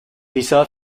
lisa